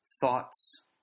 thoughts